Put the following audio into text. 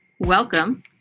Welcome